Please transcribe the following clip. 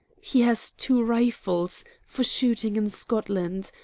he has two rifles for shooting in scotland.